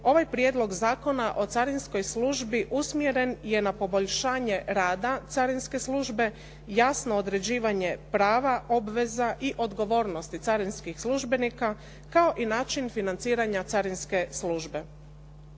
ovaj Prijedlog zakona o carinskoj službi usmjeren je na poboljšanje rada carinske službe, jasno određivanje prava, obveza i odgovornosti carinskih službenika kao i način financiranja carinske službe.